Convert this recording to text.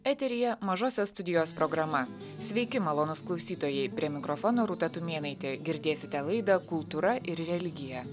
eteryje mažosios studijos programa sveiki malonūs klausytojai prie mikrofono rūta tumėnaitė girdėsite laidą kultūra ir religija